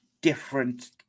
different